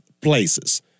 places